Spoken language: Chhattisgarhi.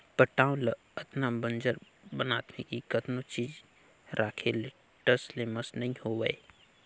पटांव ल अतना बंजर बनाथे कि कतनो चीज राखे ले टस ले मस नइ होवय